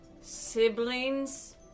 siblings